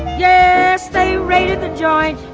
yeah they raided the joint.